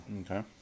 Okay